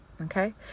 okay